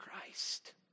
Christ